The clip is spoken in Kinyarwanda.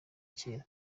kera